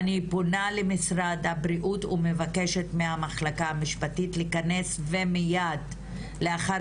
אני פונה למשרד הבריאות ומבקשת מהמחלקה המשפטית לכנס ומיד לאחר